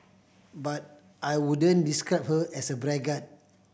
but I wouldn't describe her as a braggart